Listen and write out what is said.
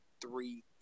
three